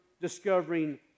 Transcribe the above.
discovering